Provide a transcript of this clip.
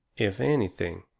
if anything,